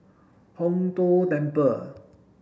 Hong Tho Temple